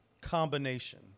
combination